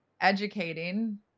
educating